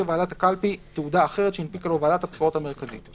ועדת הקלפי תעודה אחרת שהנפיקה לו ועדת הבחירות המרכזית.";